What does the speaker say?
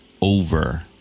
over